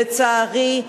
לצערי,